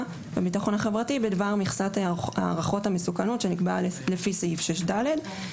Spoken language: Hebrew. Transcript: והביטחון החברתי בדבר מכסת הערכות המסוכנות שנקבעת לפי סעיף 6(ד),